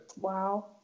Wow